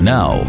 Now